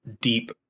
deep